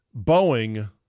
Boeing